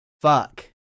fuck